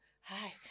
Hi